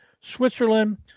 Switzerland